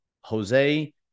Jose